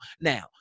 Now